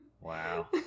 Wow